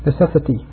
necessity